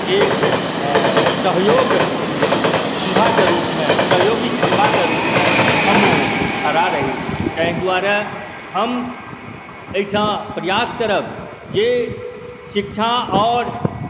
एक सहयोग खम्भाके रूपमे सहयोगी खम्भाके रूपमे हम खड़ा रही ताहि दुआरे हम एहिठाम प्रयास करब जे शिक्षा आओर